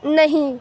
نہیں